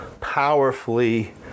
powerfully